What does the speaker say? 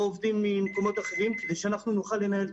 עובדים ממקומות אחרים כדי שאנחנו נוכל לנהל את